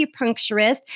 acupuncturist